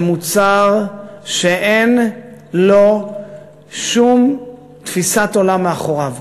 זה מוצר שאין לו שום תפיסת עולם מאחוריו.